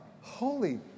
holy